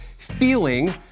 feeling